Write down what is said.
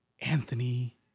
Anthony